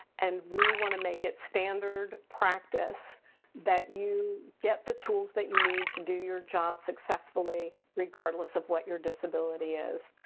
and we want to make it standard practice that you get the tools that you need to do your job successfully, regardless of what your disability is.